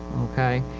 okay.